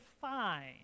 fine